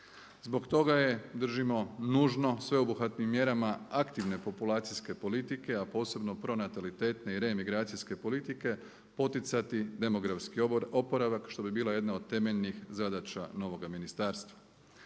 Zbog toga je držimo nužno sveobuhvatnim mjerama aktivne populacijske politike a posebno pronatalitetne i reemigracijske politike poticati demografski oporavak što bi bila jedna od temeljnih zadaća novoga ministarstva.